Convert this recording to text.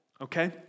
Okay